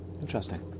Interesting